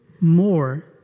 more